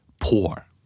poor